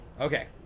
Okay